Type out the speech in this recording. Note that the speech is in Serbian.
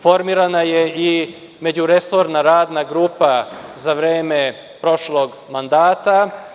Formirana je i međuresorna Radna grupa za vreme prošlog mandata.